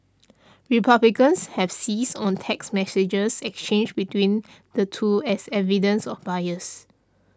republicans have seized on text messages exchanged between the two as evidence of bias